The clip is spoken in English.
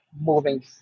moving